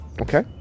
Okay